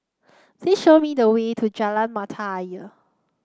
please show me the way to Jalan Mata Ayer